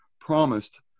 promised